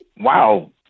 Wow